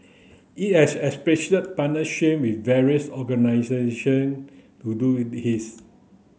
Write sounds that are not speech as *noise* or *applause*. it has established partnership with various organisation to do *unintelligible*